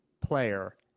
player